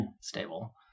stable